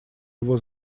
его